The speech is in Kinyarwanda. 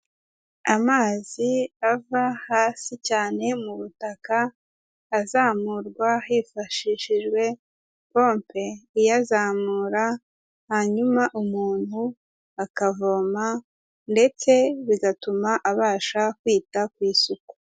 Amazi ava hasi cyane mu butaka azamurwa hifashishijwe pompe iyazamura hanyuma umuntu akavoma ndetse bigatuma abasha kwita ku isuku.